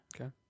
Okay